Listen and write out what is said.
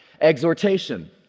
Exhortation